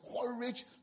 courage